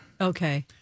Okay